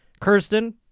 Kirsten